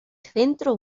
centro